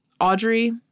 Audrey